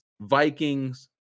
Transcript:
Vikings